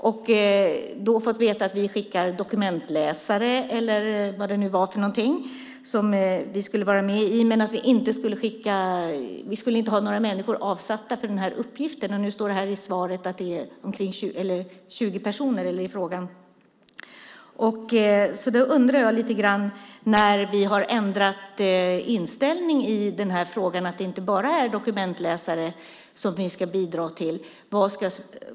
Vi har då fått veta att vi skickar dokumentläsare - eller vad det nu var vi skulle vara med i. Vi skulle i alla fall inte ha några personer avsatta för den här uppgiften. Men i interpellationen står det om 20 personer. Därför undrar jag lite grann över när vi har ändrat inställning i frågan, alltså att det inte bara är dokumentläsare som vi ska bidra med.